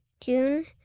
June